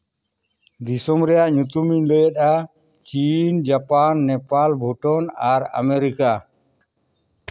ᱫᱤᱥᱚᱢ ᱨᱮᱭᱟᱜ ᱧᱩᱛᱩᱢᱤᱧ ᱞᱟᱹᱭᱮᱫᱼᱟ ᱪᱤᱱ ᱡᱟᱯᱟᱱ ᱱᱮᱯᱟᱞ ᱵᱷᱩᱴᱟᱹᱱ ᱟᱨ ᱟᱢᱮᱨᱤᱠᱟ